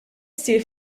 ssir